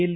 L